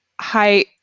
Hi